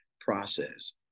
process